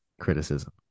criticism